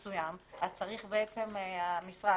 אז אם אתם חושדים בכלב מסוים אז המשרד